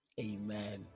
Amen